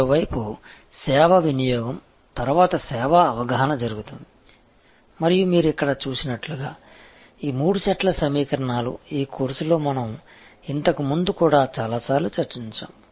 మరోవైపు సేవ వినియోగం తర్వాత సేవా అవగాహన జరుగుతుంది మరియు మీరు ఇక్కడ చూసినట్లుగా ఈ మూడు సెట్ల సమీకరణాలు ఈ కోర్సులో మనం ఇంతకు ముందు కూడా చాలా సార్లు చర్చించాము